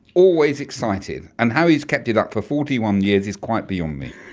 always exciting. and how he's kept it up for forty one years is quite beyond me.